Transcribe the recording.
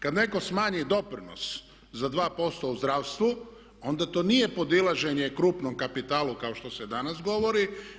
Kad netko smanji doprinos za 2% u zdravstvu onda to nije podilaženje krupnom kapitalu kao što se danas govori.